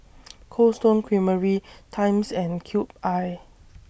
Cold Stone Creamery Times and Cube I